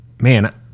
man